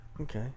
Okay